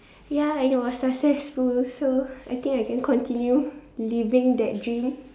ya it was successful so I think I can continue living that dream